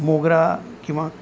मोगरा किंवा